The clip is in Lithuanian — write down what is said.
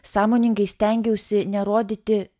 sąmoningai stengiausi nerodyti